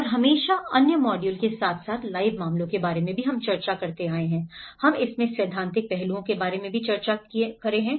और हमेशा अन्य मॉड्यूल के साथ साथ लाइव मामलों के बारे में चर्चा की हम इसमें सैद्धांतिक पहलुओं के बारे में भी चर्चा कर रहे हैं